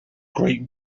great